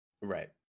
Right